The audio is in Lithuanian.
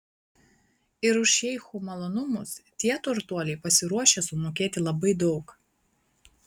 ir už šeichų malonumus tie turtuoliai pasiruošę sumokėti labai daug